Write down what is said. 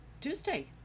tuesday